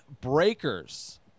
Breakers